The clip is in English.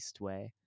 Eastway